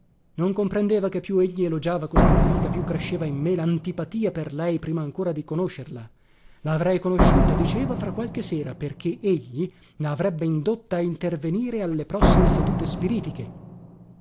non comprendeva che più egli elogiava questa pepita più cresceva in me lantipatia per lei prima ancora di conoscerla la avrei conosciuta diceva fra qualche sera perché egli la avrebbe indotta a intervenire alle prossime sedute spiritiche